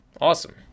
Awesome